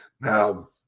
Now